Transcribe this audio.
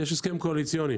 יש הסכם קואליציוני,